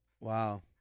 Wow